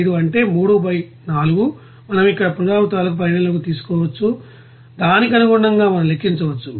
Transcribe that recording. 75 అంటే 3 బై 4 మనం ఇక్కడ పునరావృతాలను పరిగణనలోకి తీసుకోవచ్చు దానికి అనుగుణంగా మనం లెక్కించవచ్చు